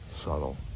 subtle